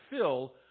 fill